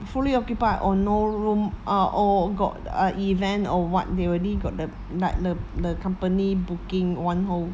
fully occupied or no room ah or got a event or what they already got the like the the company booking one whole